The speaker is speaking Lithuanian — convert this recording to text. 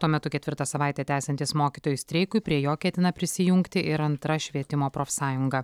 tuo metu ketvirtą savaitę tęsiantis mokytojų streikui prie jo ketina prisijungti ir antra švietimo profsąjunga